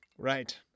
Right